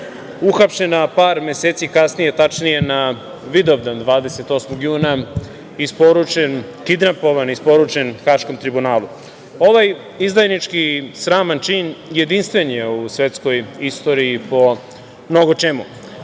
uhapšen, a par meseci kasnije, tačnije na Vidovdan, 28. juna, kidnapovan i isporučen Haškom tribunalu. Ovaj izdajnički i sraman čin jedinstven je u svetskoj istoriji po mnogo